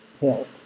help